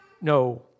No